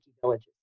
villages